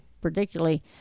particularly